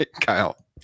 Kyle